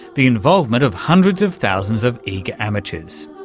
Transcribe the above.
the involvement of hundreds of thousands of eager amateurs.